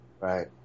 Right